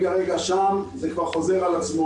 שם זה כבר חוזר על עצמו,